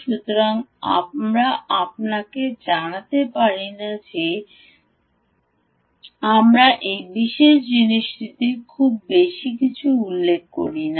সুতরাং আমরা আপনাকে জানতে না পারি যে আমরা এই বিশেষ জিনিসটিতে খুব বেশি কিছু উল্লেখ করি না